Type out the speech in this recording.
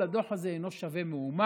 כל הדוח הזה אינו שווה מאומה